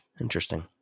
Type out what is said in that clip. Interesting